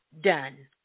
done